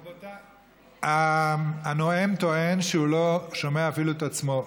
רבותיי, הנואם טוען שהוא לא שומע אפילו את עצמו.